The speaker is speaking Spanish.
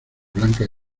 blancas